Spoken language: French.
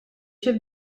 chef